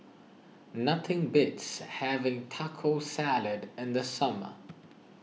nothing beats having Taco Salad in the summer